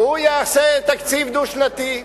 והוא יעשה תקציב דו-שנתי,